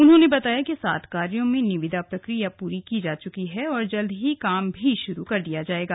उन्होंने बताया कि सात कार्यों में निविदा प्रक्रिया पूरी की जा चुकी है और जल्द ही काम भी शुरू कर दिया जाएगा